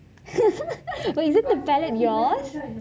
but is it because